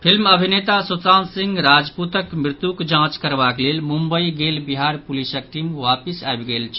film अभिनेता सुशांत सिंह राजपूतक मृत्युक जांच करबाक लेल मुम्बई गेल बिहार पुलिसक टीम वापिस आबि गेल अछि